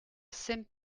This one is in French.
saint